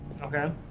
Okay